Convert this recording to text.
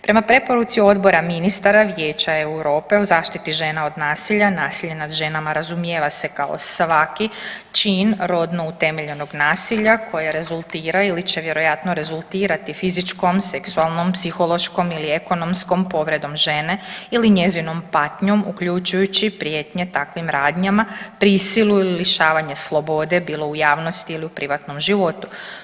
Prema preporuci Odbora ministara Vijeća Europe o zaštiti žena od nasilja, nasilje nad ženama razumijeva se kao svaki čin rodno utemeljenog nasilja koje rezultira ili će vjerojatno rezultirati fizičkom, seksualnom, seksualnom, psihološkom ili ekonomskom povredom žene ili njezinom patnjom uključujući i prijetnje takvim radnjama prisilu ili lišavanje slobode bilo u javnosti ili u privatnom životu.